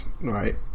Right